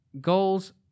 goals